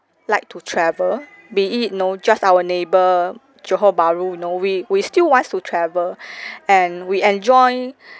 like to travel be it know just our neighbour johor bahru you know we we still wants to travel and we enjoy